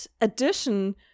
addition